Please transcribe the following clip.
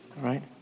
right